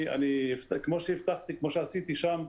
אני, כמו שעשיתי שם,